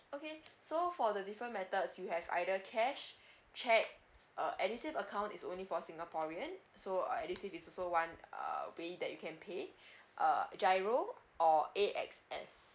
okay so for the different methods you have either cash cheque uh edusave account is only for singaporean so edusave is also one uh way that you can pay uh giro or A_X_S